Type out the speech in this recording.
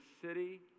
city